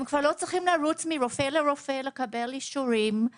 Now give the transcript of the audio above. הם כבר לא צריכים לרוץ מרופא לרופא לקבל אישורים,